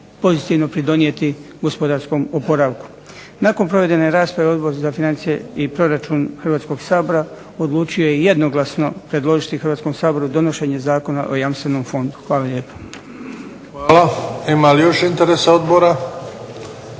pozitivno pridonijeti gospodarskom oporavku. Nakon provedene rasprave Odbor za financije i proračun Hrvatskog sabora odlučio je jednoglasno predložiti Hrvatskom saboru donošenje Zakona o Jamstvenom fondu. Hvala lijepo. **Bebić, Luka (HDZ)** Hvala. Ima li još interesa odbora?